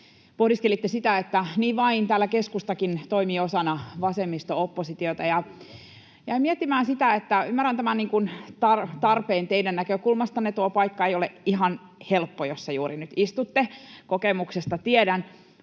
sitten sitä, että niin vain täällä keskustakin toimii osana vasemmisto-oppositiota. Jäin miettimään sitä, että ymmärrän tämän tarpeen teidän näkökulmastanne — tuo paikka ei ole ihan helppo, jossa juuri nyt istutte, kokemuksesta tiedän